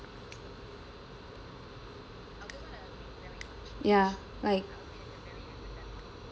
ya like